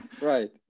Right